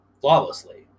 flawlessly